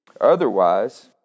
Otherwise